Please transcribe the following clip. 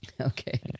okay